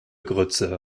grütze